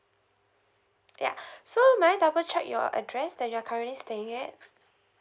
yeah so may I double check your address that you're currently staying at